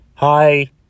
Hi